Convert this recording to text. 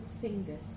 fingers